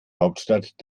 hauptstadt